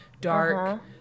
dark